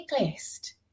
list